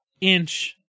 inch